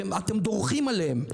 אתם דורכים עליהם,